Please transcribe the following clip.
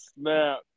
snap